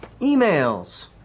Emails